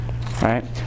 Right